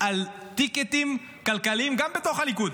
על טיקטים כלכליים, גם בתוך הליכוד.